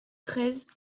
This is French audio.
treize